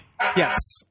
Yes